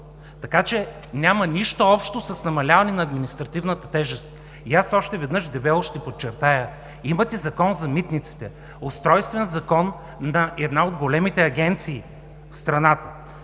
Така че няма нищо общо с намаляване на административната тежест. И аз още веднъж дебело ще подчертая – имате Закон за митниците, устройствен закон на една от големите агенции в страната,